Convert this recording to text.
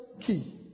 key